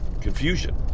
confusion